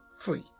free